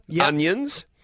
onions